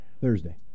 Thursday